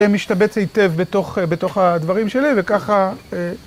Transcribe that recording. זה משתבץ היטב בתוך הדברים שלי, וככה...